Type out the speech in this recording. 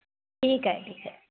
ठीक आहे ठीक आहे